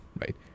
right